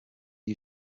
are